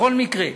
בכל מקרה,